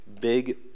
big